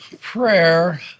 Prayer